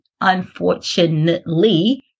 unfortunately